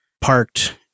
parked